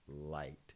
light